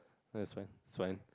where